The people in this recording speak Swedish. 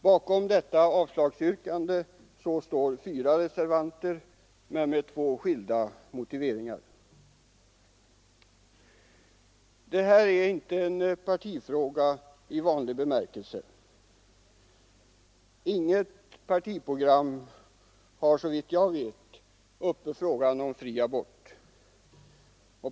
Bakom detta avslagsyrkande står fyra reservanter med två skilda motiveringar. Detta är inte en partifråga i vanlig bemärkelse. Inget partiprogram har såvitt jag vet något krav på fri abort.